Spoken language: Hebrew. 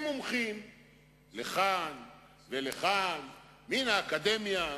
אנחנו נפסיק ונתחיל אותו כשיהיה שר.